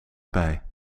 bij